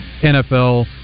NFL